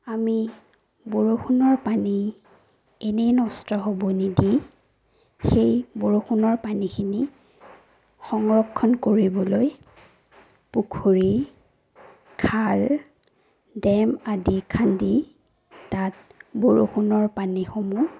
আমি বৰষুণৰ পানী এনেই নষ্ট হ'বলৈ নিদি সেই বৰষুণৰ পানীখিনি সংৰক্ষণ কৰিবলৈ পুখুৰী খাল ডেম আদি খান্দি তাত বৰষুণৰ পানীসমূহ